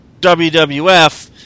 WWF